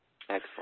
excellent